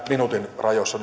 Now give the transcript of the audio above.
minuutin rajoissa